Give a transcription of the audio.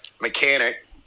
mechanic